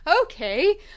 okay